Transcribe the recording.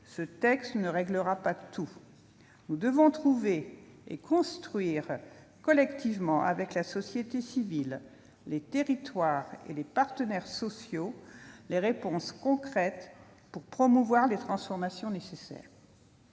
ce texte ne réglera pas tout : nous devons trouver et construire collectivement avec la société civile, les territoires et les partenaires sociaux les réponses concrètes pour promouvoir les transformations nécessaires.